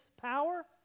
power